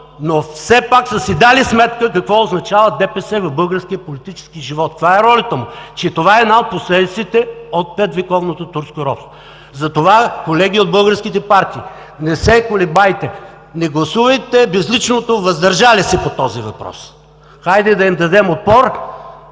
но все пак са си дали сметка какво означава ДПС в българския политически живот, каква е ролята му! Че това е една от последиците от петвековното турско робство. Затова, колеги от българските партии, не се колебайте, не гласувайте с безличното „въздържали се“ по този въпрос! Хайде да им дадем отпор